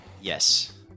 Yes